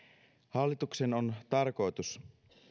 hallituksen on tarkoitus